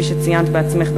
כפי שציינת בעצמך,